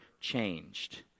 changed